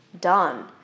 Done